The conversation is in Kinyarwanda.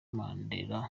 mandela